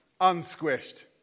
unsquished